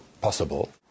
possible